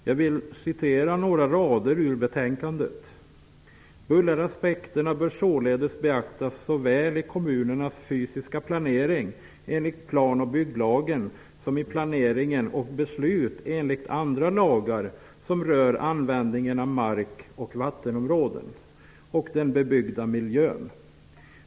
Jag vill citera några rader ut betänkandet: ''Bulleraspekterna bör således beaktas såväl i kommunernas fysiska planering enligt plan och bygglagen som i planeringen och beslut enligt andra lagar som rör användningen av mark och vattenområden och den bebyggda miljön.